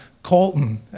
colton